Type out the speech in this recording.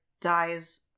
dies